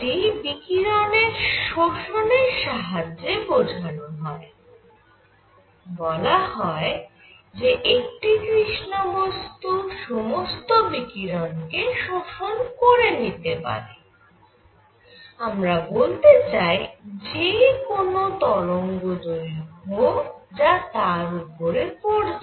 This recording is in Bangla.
এটি বিকিরণের শোষণের সাহায্যে বোঝানো হয় বলা হয় যে একটি কৃষ্ণ বস্তু সমস্ত বিকিরণ কে শোষণ করে নিতে পারে আমরা বলতে চাই যে কোন তরঙ্গদৈর্ঘ্য যা তার উপরে পড়ছে